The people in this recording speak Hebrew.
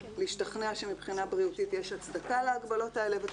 להשתכנע שמבחינה בריאותית יש הצדקה להגבלות האלה ואת